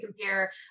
compare